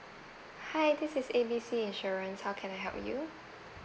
hi this is A B C insurance how can I help you